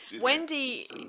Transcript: wendy